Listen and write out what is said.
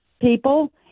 people